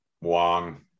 Wong